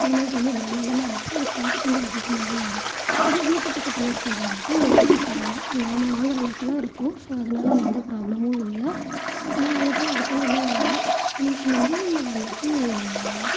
அதுமாதிரி ரொம்ப பிரம்மாண்டமாக இருந்துச்சுனா அது காசு கொஞ்சம் அதிகமாகவே வாங்குவாங்க எங்கள் வீட்டு பக்கத்தில் இருக்கிறது வந்துட்டு குட்டி கடை தான் நாம் வாங்கற அளவுக்கு தான் இருக்கும் ஸோ அதனால எந்த ப்ராப்ளமும் இல்லை நான் அங்கே போய் அடிக்கடி என்ன வாங்குவேன்னா எனக்கு இந்த நூலில் வந்துட்டு